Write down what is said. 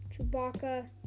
Chewbacca